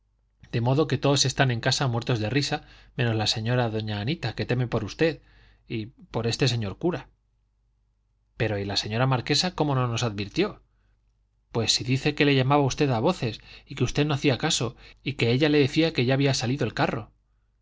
de modo que todos están en casa muertos de risa menos la señora doña anita que teme por usted y por este señor cura pero y la señora marquesa cómo no nos advirtió pues si dice que le llamaba a usted a voces y que usted no hacía caso y que ella le decía que ya había salido el carro